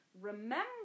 remember